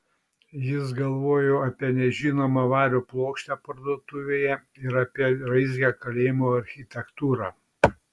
jis galvojo apie nežinomą vario plokštę parduotuvėje ir apie raizgią kalėjimo architektūrą